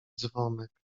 dzwonek